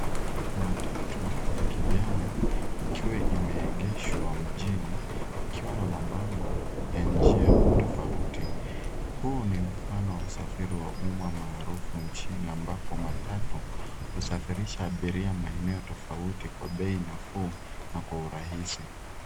Matatu ya kijani ikiwa imeegeshwa mjini ikiwa na mabango ya njia tofauti. Huu ni mfano wa usafiri wa umma maarufu nchini ambapo matatu husafirisha abiria maeneo tofauti kwa bei nafuu na kwa urahisi.